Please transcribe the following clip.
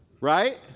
right